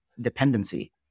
dependency